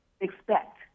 expect